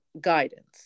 guidance